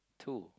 two